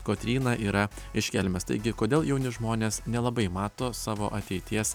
kotryna yra iš kelmės taigi kodėl jauni žmonės nelabai mato savo ateities